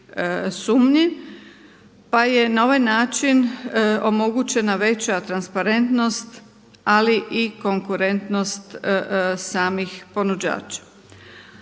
pa je na ovaj način omogućena veća transparentnost ali i konkurentnost samih ponuđača.